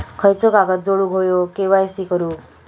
खयचो कागद जोडुक होयो के.वाय.सी करूक?